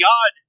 God